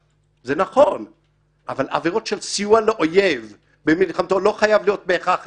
זה נכון אבל עבירות של סיוע לאויב במלחמתו לא חייב להיות בהכרח רצח,